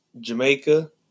Jamaica